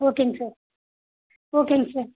ஓகேங்க சார் ஓகேங்க சார்